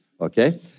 okay